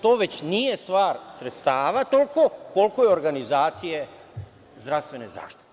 To već nije stvar sredstava toliko koliko organizacije zdravstvene zaštite.